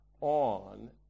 on